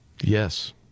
Yes